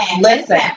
Listen